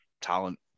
talent